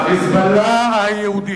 ה"חיזבאללה" היהודי.